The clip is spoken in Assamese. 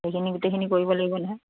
সেইখিনি গোটেইখিনি কৰিব লাগিব নহয়